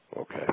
Okay